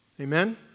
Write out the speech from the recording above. Amen